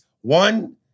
One